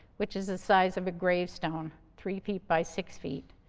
which is the size of a gravestone, three feet by six feet,